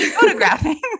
Photographing